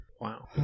Wow